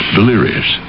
Delirious